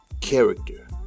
character